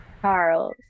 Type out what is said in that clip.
Charles